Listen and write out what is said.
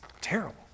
terrible